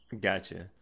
Gotcha